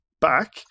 back